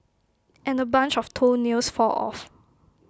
and A bunch of toenails fall off